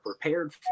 prepared